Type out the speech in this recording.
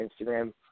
Instagram